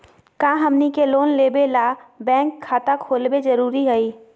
का हमनी के लोन लेबे ला बैंक खाता खोलबे जरुरी हई?